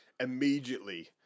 immediately